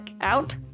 out